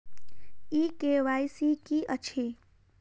ई KYC की अछि?